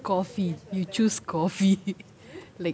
coffee you choose coffee like